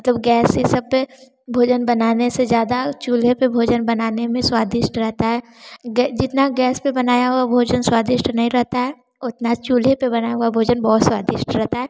मतलब गैस इन सब पे भोजन बनाने से ज़्यादा चूल्हे पे भोजन बनाने में स्वादिष्ट रहता है जितना गैस पे बनाया हुआ भोजन स्वादिष्ट नहीं रहता है उतना चूल्हे पे बना हुआ भोजन बहुत स्वादिष्ट रहता है